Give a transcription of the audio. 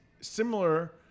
similar